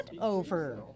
over